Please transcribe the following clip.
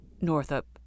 Northup